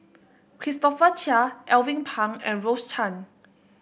Christopher Chia Alvin Pang and Rose Chan